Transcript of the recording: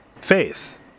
faith